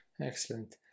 Excellent